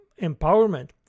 empowerment